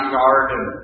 garden